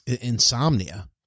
insomnia